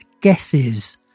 guesses